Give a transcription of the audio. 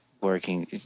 working